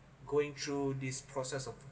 going through this process of